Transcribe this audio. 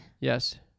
Yes